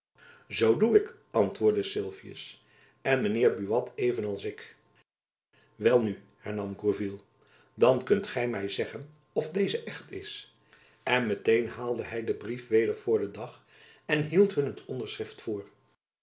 zoo doe ik antwoordde sylvius en mijn heer buat even als ik wel nu hernam gourville dan kunt gy my zeggen of deze echt is en met een haalde hy jacob van lennep elizabeth musch den brief weder voor den dag en hield hun het onderschrift voor